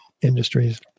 industries